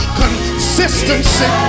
consistency